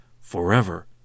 forever